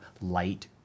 light